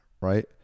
right